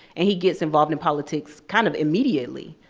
and he gets involved in politics, kind of immediately.